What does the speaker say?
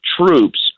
troops